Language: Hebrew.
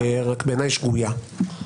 רק שהיא בעיניי שגוייה.